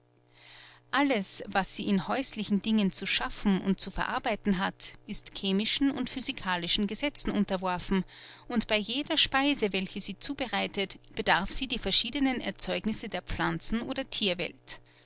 alles was sie in häuslichen dingen zu schaffen und zu verarbeiten hat ist chemischen und physikalischen gesetzen unterworfen und bei jeder speise welche sie zubereitet bedarf sie die verschiedenen erzeugnisse der pflanzen oder thierwelt